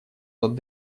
над